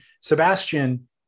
Sebastian